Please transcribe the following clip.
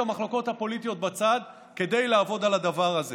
המחלוקות הפוליטיות בצד כדי לעבוד על הדבר הזה.